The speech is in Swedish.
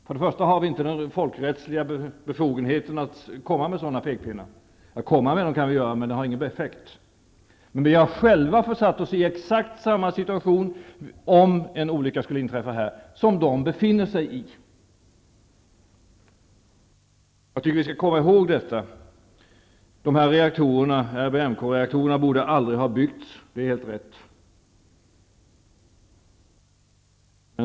Vi har inte några folkrättsliga befogenheter att komma med sådana pekpinnar -- ja, komma med sådana kan vi men det har ingen effekt. Men vi har själva satt oss i en exakt likadan situation, om en olycka skulle inträffa här, som balterna befinner sig i. Jag tycker att vi skall komma ihåg detta. Dessa reaktorer borde aldrig ha byggts, det är helt rätt.